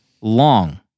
long